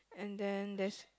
and then there's